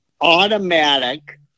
automatic